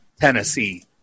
Tennessee